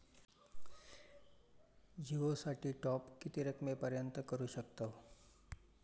जिओ साठी टॉप किती रकमेपर्यंत करू शकतव?